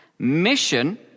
Mission